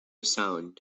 sound